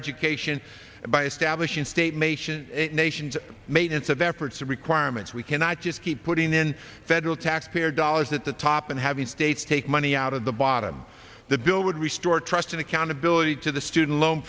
education by establishing state mation nations maintenance of efforts to requirements we cannot just keep putting in federal taxpayer dollars at the top and having states take money out of the bottom the bill would restore trust and accountability to the student loan